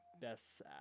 best